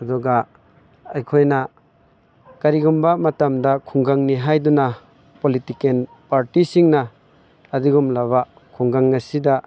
ꯑꯗꯨꯒ ꯑꯩꯈꯣꯏꯅ ꯀꯔꯤꯒꯨꯝꯕ ꯃꯇꯝꯗ ꯈꯨꯡꯒꯪꯅꯤ ꯍꯥꯏꯗꯨꯅ ꯄꯣꯂꯤꯇꯤꯀꯦꯜ ꯄꯥꯔꯇꯤꯁꯤꯡꯅ ꯑꯗꯨꯒꯨꯝꯂꯕ ꯈꯨꯡꯒꯪ ꯑꯁꯤꯗ